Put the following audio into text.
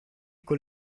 con